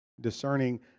discerning